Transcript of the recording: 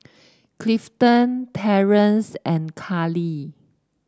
Clifton Terrance and Kallie